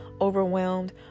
overwhelmed